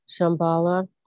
Shambhala